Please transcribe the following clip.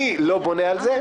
אני לא בונה על זה.